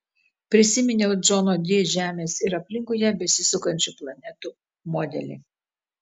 prisiminiau džono di žemės ir aplinkui ją besisukančių planetų modelį